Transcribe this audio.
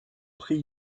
prix